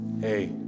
hey